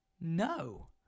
No